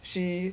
she